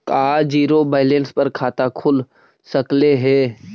का zero balance पर खाता खुल सकले हे?